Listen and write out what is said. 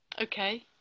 Okay